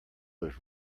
was